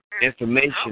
information